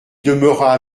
demeura